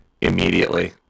immediately